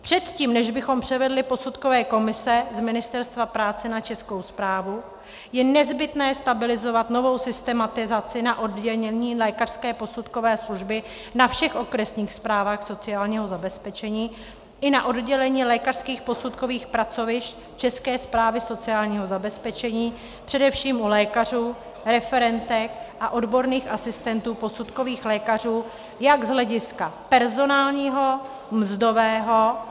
Předtím, než bychom převedli posudkové komise z Ministerstva práce na Českou správu, je nezbytné stabilizovat novou systematizaci na odděleních lékařské posudkové služby na všech okresních správách sociálního zabezpečení i na odděleních lékařských posudkových pracovišť České správy sociálního zabezpečení, především u lékařů, referentek a odborných asistentů posudkových lékařů jak z hlediska personálního, tak mzdového.